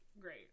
Great